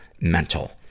MENTAL